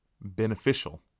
beneficial